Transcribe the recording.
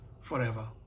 forever